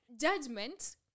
Judgment